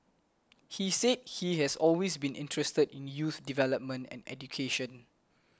he said he has always been interested in youth development and education